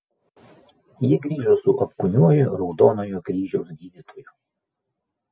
jie grįžo su apkūniuoju raudonojo kryžiaus gydytoju